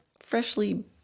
freshly